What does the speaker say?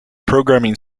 programming